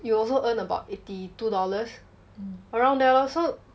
you also earn about eighty two dollars around there lor so